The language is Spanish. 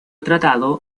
tratado